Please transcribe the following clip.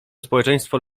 społeczeństwo